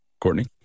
Courtney